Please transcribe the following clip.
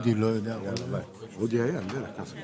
אני מתכבד לפתוח את ישיבת ועדת הכספים.